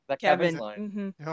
kevin